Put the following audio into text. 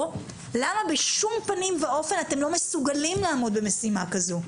או למה בשום פנים ואופן אתם לא מסוגלים לעמוד במשימה כזו.